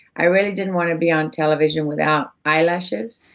i really didn't want to be on television without eyelashes,